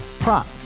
prop